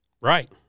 Right